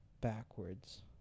backwards